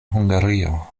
hungario